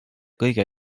kõige